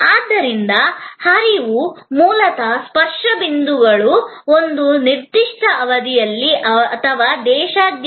ಆದ್ದರಿಂದ ಹರಿವು ಮೂಲತಃ ಸ್ಪರ್ಶ ಬಿಂದುಗಳು ಒಂದು ನಿರ್ದಿಷ್ಟ ಅವಧಿಯಲ್ಲಿ ಅಥವಾ ಸ್ಥಳದಾದ್ಯಂತ ಸೇರುತ್ತವೆ